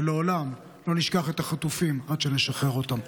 ולעולם לא נשכח את החטופים עד שנשחרר אותם.